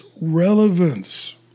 relevance